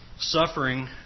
Suffering